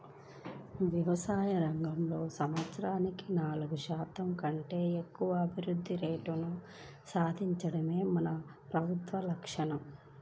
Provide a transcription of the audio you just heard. వ్యవసాయ రంగంలో సంవత్సరానికి నాలుగు శాతం కంటే ఎక్కువ వృద్ధి రేటును సాధించడమే మన ప్రభుత్వ లక్ష్యం